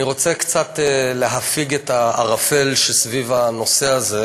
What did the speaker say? אני רוצה קצת להפיג את הערפל שקיים סביב הנושא הזה